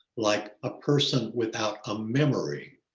like a person without a memory?